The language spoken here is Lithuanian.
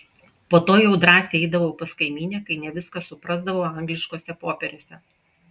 po to jau drąsiai eidavau pas kaimynę kai ne viską suprasdavau angliškuose popieriuose